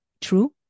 true